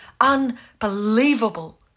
unbelievable